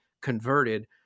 converted